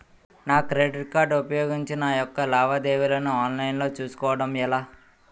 నా credit card ఉపయోగించి నా యెక్క లావాదేవీలను ఆన్లైన్ లో చేసుకోవడం ఎలా?